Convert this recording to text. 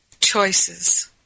choices